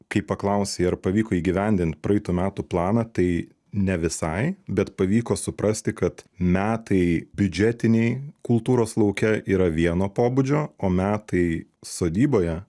kai paklausei ar pavyko įgyvendint praeitų metų planą tai ne visai bet pavyko suprasti kad metai biudžetinei kultūros lauke yra vieno pobūdžio o metai sodyboje